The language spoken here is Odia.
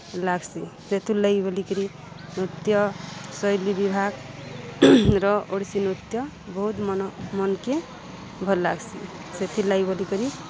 ଲାଗ୍ସି ସେଥିର୍ ଲାଗି ବୋଲିକିରି ନୃତ୍ୟ ଶୈଳୀ ବିଭାଗ ର ଓଡ଼ିଶୀ ନୃତ୍ୟ ବହୁତ୍ ମନ ମନ୍କେ ଭଲ୍ ଲାଗ୍ସି ସେଥିର୍ଲାଗି ବୋଲିକରି